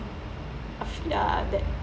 of ya they